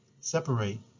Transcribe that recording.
separate